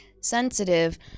sensitive